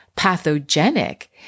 pathogenic